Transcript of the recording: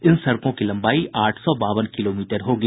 इन सड़कों की लम्बाई आठ सौ बावन किलोमीटर होगी